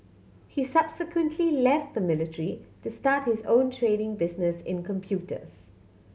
he subsequently left the military to start his own trading business in computers